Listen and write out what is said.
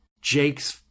Jake's